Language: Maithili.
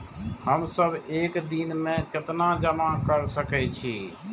हम सब एक दिन में केतना जमा कर सके छी?